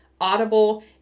Audible